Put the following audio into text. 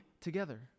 together